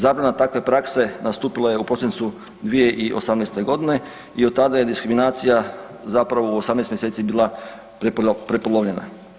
Zabrana takve prakse nastupila je u prosincu 2018.-te godine i od tada je diskriminacija zapravo u 18 mjeseci bila prepolovljena.